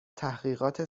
تحقیقات